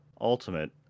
Ultimate